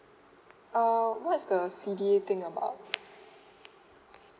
uh what's the C D A thing about